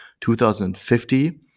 2050